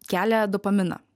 kelia dopaminą